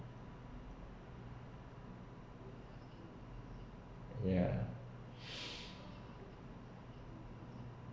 ya